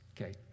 okay